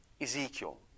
Ezekiel